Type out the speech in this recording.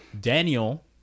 Daniel